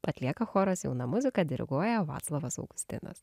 atlieka choras jauna muzika diriguoja vaclovas augustinas